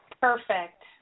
perfect